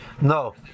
No